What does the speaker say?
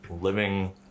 living